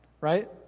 Right